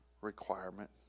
requirement